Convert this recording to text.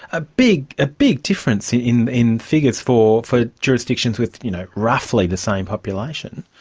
ah big ah big difference in in figures for for jurisdictions with you know roughly the same population.